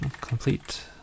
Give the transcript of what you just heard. complete